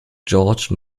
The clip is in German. george